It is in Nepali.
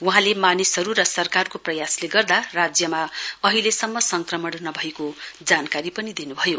वहाँले मानिसहरू र सरकारको प्रयासले गर्दा राज्यमा अहिलेसम्म संक्रमण नभएको जानकारी पनि दिन् भयो